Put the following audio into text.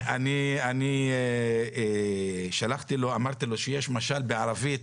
אני שלחתי לו, אמרתי לו שיש משל בערבית,